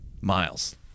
miles